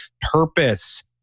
purpose